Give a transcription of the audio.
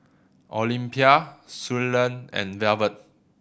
Olympia Suellen and Velvet